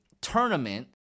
tournament